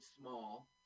Small